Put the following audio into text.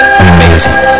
amazing